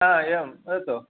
हा एवं वदतु